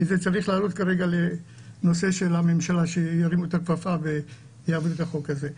כי זה צריך לעלות כרגע לממשלה שירימו את הכפפה ויעבירו את החוק הזה.